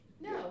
No